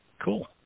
Cool